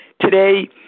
Today